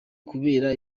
kubera